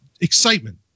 excitement